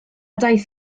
daeth